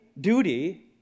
duty